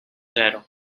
zero